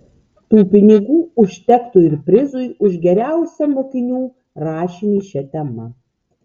tų pinigų užtektų ir prizui už geriausią mokinių rašinį šia tema